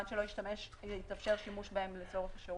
עד שלא יתאפשר שימוש בהם לצורך השימוש העירוני אין לשם פתרון.